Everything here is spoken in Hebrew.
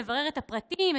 מברר את הפרטים,